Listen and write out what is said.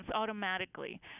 automatically